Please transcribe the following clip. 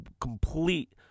complete